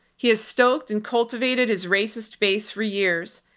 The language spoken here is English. he has stoked and cultivated his racist base for years,